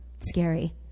scary